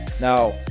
Now